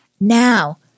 Now